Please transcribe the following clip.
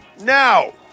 now